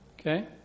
Okay